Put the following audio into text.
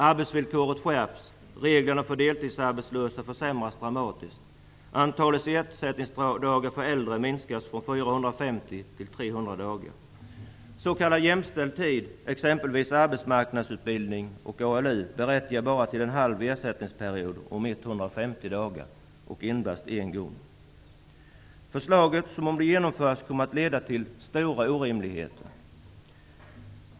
Arbetsvillkoret skärps, reglerna för deltidsarbetslösa försämras dramatiskt. Antalet ersättningsdagar för äldre minskas från 450 till 300 dagar. S.k. jämställd tid, exempelvis arbetsmarknadsutbildning och ALU, berättigar bara till en halv ersättningsperiod om 150 dagar och endast en gång. Förslaget kommer, om det genomförs, att leda till orimligheter.